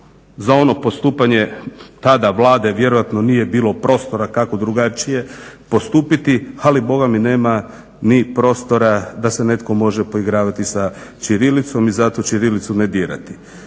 Za ono postupanje tada Vlade vjerojatno nije bilo prostora kako drugačije postupiti ali bogami nema ni prostora da se netko može poigravati sa ćirilicom i zato ćirilicu ne dirati.